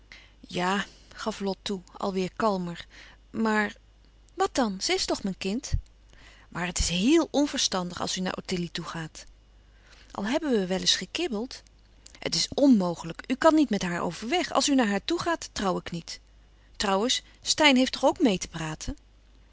ja gaf lot toe al weêr kalmer maar wat dan ze is toch mijn kind maar het is heel onverstandig als u naar ottilie toe gaat al hebben we wel eens gekibbeld het is onmogelijk u kan niet met haar overweg als u naar haar toegaat trouw ik niet trouwens steyn heeft toch ook meê te praten